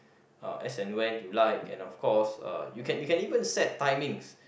uh as I went to like and of course uh you can you can even set timings